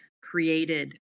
created